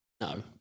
No